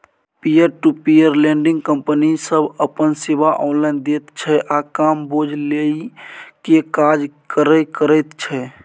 peer to peer lending company सब अपन सेवा ऑनलाइन दैत छै आ कम बोझ लेइ के काज करे करैत छै